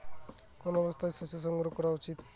কোন অবস্থায় শস্য সংগ্রহ করা উচিৎ?